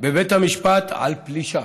בבית המשפט על פלישה.